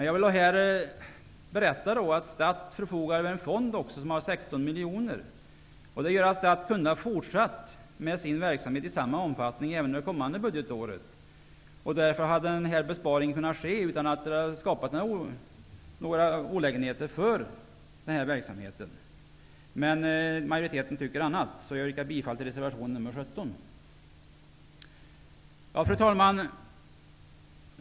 Jag vill här berätta att STATT förfogar över en fond på 16 miljoner. Detta gör att STATT kunde ha fortsatt med sin verksamhet i samma omfattning även under det kommande budgetåret. Därför hade den här besparingen kunnat ske utan att medföra några olägenheter för den här verksamheten. Men majoriteten tycker på ett annat sätt. Jag yrkar bifall till reservation nr 17. Fru talman!